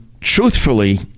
truthfully